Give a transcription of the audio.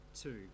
two